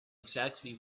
exactly